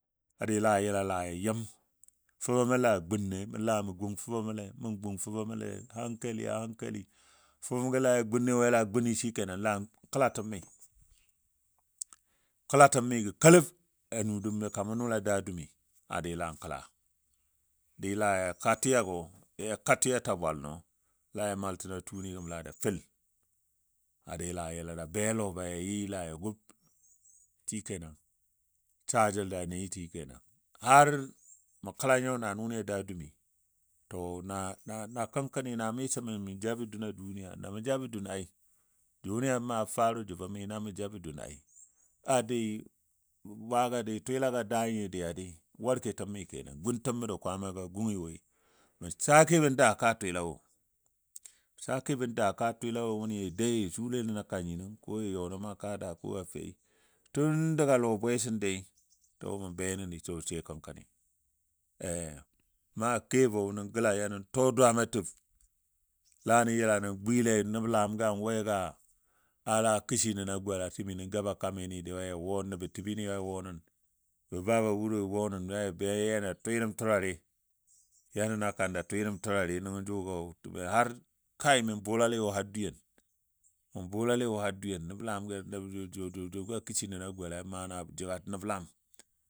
A dii laa yəla laa yɨm fəmənɔ laa gunle mə laa mə gung fəmənɔle, mə gung fəmənɔle hankali a hankali. Fəməngɔ laa ya gunle woi laa guni shikenan laa kəlatəmi. Kəlatəmigɔ kaləb a nu dum kaman nu laa daa dumi a dii laan kəla. Dii ya ka tiyagɔ ya ka tiya tabwalənɔ laa ja maltənɔ tuuni gəm, laa ja fəl a dii laa yəla ja be lɔ be ya yɨ ba ya kub shikenan, saa jəl ja ni shikenan. Har mə kəla nyo naa nʊni a daa dumi. To na na kənkɔni na miso məu jabɔ dun a duniya, na mə jabɔ dun ai jʊni ma faru jəbɔ məi na mə jabɔ dun ai. A dii bwaga dai twilagɔ a daa nyi di a dii waketəm məndi kenan guntəm məndi kwaamaga gungi woi, mə sakebɔ n daa kaa twila wo, mə sakebɔ da kaa twila a wʊni jə doui jə shule nən kan nyinong ko ja ƴɔ nən mə kaa daa ko a fei tun daga lɔ bwesən dai to mən be nəni so sai kənkɔni. Na kebɔ nən glaa yɔ nan tɔ dwaamo tib laa nən yəla nən gwile nəblam ka we ga a laa kishi nən a gola timi nəb gaba kaminile yɔ ja wɔ nəbɔ təbbi ni ya wɔ nən bə babawuro wɔnən laa ja be ya ja twɨ nəm turare ya nəna kan ja twɨ nəm turare nəngɔ jʊgo məu buulalewo har dwiyen kai. Məu buulalewo har dwiyen, mau buulalewo har dwiyen nəblani ka nən a gola mana jəga nəblam.